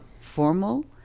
formal